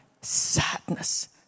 sadness